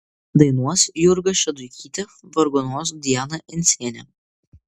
dainuos jurga šeduikytė vargonuos diana encienė